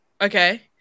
Okay